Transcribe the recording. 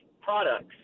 products